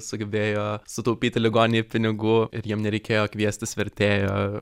sugebėjo sutaupyti ligoninei pinigų ir jiem nereikėjo kviestis vertėjo